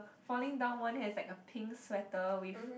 falling down one has like a pink sweater with